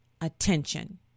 attention